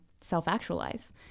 self-actualize